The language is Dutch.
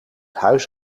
huis